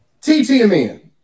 TTMN